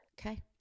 Okay